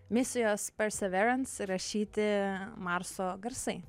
misijos perseverance įrašyti marso garsai